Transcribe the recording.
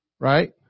Right